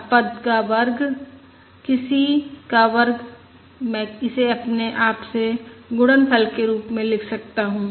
अब पद का वर्ग किसी का वर्ग मैं इसे अपने आपसे गुणनफल के रूप में लिख सकता हूं